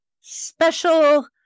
special